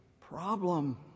problem